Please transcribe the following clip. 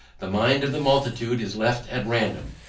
the mind of the multitude is left at random,